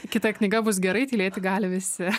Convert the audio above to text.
kita knyga bus gerai tylėti gali visi